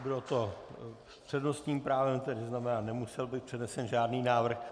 Bylo to s přednostním právem, to znamená, nemusel být přednesen žádný návrh.